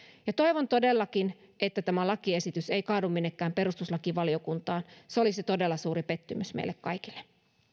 ja toivon todellakin että tämä lakiesitys ei kaadu minnekään perustuslakivaliokuntaan se olisi todella suuri pettymys meille kaikille